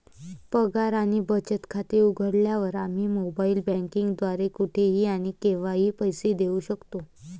पगार आणि बचत खाते उघडल्यावर, आम्ही मोबाइल बँकिंग द्वारे कुठेही आणि केव्हाही पैसे देऊ शकतो